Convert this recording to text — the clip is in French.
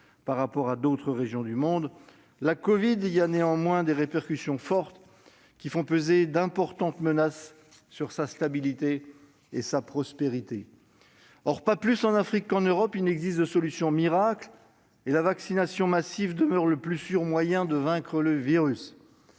par rapport à d'autres régions du monde, la covid-19 y a néanmoins des répercussions fortes, qui font peser de nombreuses incertitudes sur sa stabilité et sa prospérité. Or, pas plus en Afrique qu'en Europe, il n'existe de solution miracle et la vaccination massive demeure le moyen le plus sûr de vaincre le virus.